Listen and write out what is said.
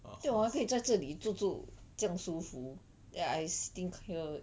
(uh huh)